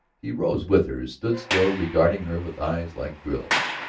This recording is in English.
he rose with her, stood still, regarding her with eyes like drills.